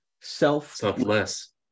selfless